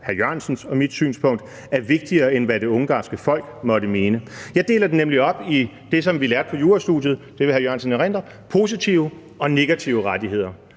E. Jørgensens og mit synspunkt er vigtigere, end hvad det ungarske folk måtte mene. Jeg deler det nemlig op i det, som vi lærte på jurastudiet – det vil hr. Jan E. Jørgensen erindre – positive og negative rettigheder.